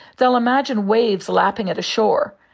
they will imagine waves lapping at a shore.